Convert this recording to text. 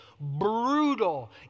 brutal